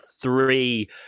Three